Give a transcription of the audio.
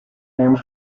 named